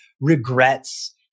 regrets